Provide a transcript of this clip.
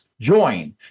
Join